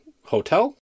hotel